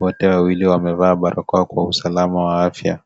Wote wawili wamevaa barakoa kwa usalama wa afya.